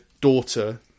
daughter